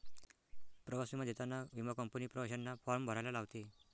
प्रवास विमा देताना विमा कंपनी प्रवाशांना फॉर्म भरायला लावते